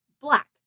black